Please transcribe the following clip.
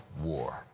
war